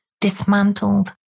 dismantled